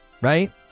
Right